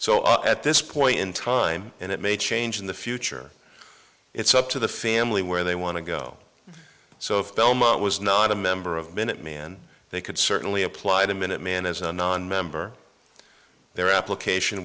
so at this point in time and it may change in the future it's up to the family where they want to go so it was not a member of minutemen they could certainly apply to minuteman as a nonmember their application